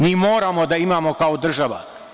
Mi moramo da imao kao država.